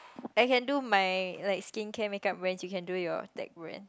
I can do my like skincare makeup brands you can do your that brands